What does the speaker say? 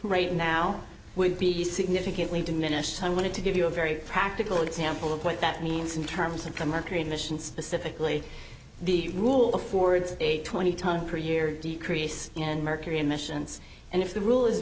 right now would be significantly diminished so i wanted to give you a very practical example of what that means in terms of come our korean mission specifically the rule affords a twenty ton per year decrease in mercury emissions and if the rule is